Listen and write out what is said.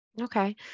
okay